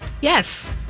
Yes